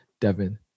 Devin